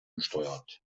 besteuert